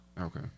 Okay